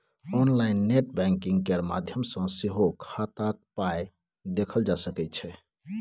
online net banking केर माध्यम सँ सेहो खाताक पाइ देखल जा सकै छै